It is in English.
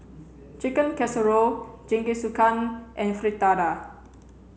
Chicken Casserole Jingisukan and Fritada